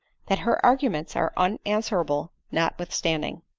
that her arguments are unanswerable notwithstanding.